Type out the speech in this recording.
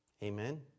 Amen